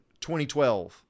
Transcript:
2012